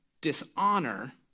dishonor